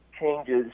changes